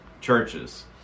churches